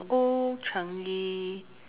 old changi